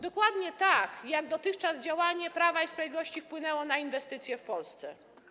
Dokładnie tak dotychczasowe działanie Prawa i Sprawiedliwości wpłynęło na inwestycje w Polsce.